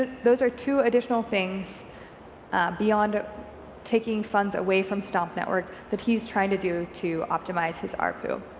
those are two additional things beyond taking funds away from stomp netted work that he's trying to do to optimize his arpu.